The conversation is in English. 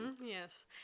Yes